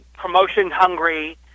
promotion-hungry